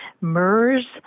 MERS